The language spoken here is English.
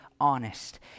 honest